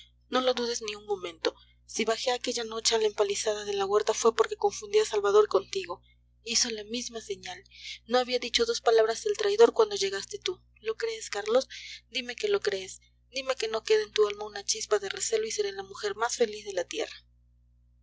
no lo dudes ni un momento si bajé aquella noche a la empalizada de la huerta fue porque confundí a salvador contigo hizo la misma señal no había dicho dos palabras el traidor cuando llegaste tú lo crees carlos dime que lo crees dime que no queda en tu alma una chispa de recelo y seré la mujer más feliz de la tierra